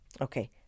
okay